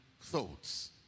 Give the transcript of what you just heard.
thoughts